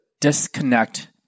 disconnect